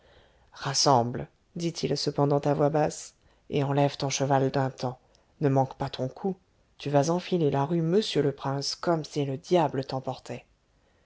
rassemble dit-il cependant à voix basse et enlève ton cheval d'un temps ne manque pas ton coup tu vas enfiler la rue monsieur-le-prince comme si le diable t'emportait